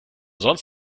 sonst